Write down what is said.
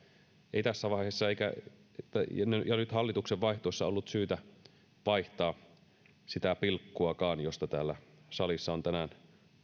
ei tässä vaiheessa eikä nyt hallituksen vaihtuessa ollut syytä vaihtaa sitä pilkkuakaan josta täällä salissa on tänään